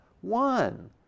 one